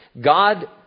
God